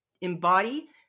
embody